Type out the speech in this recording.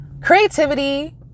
Creativity